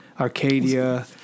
Arcadia